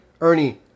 Ernie